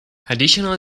additionally